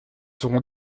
seront